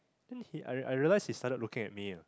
then he I I realized he started looking at me